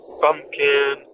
pumpkin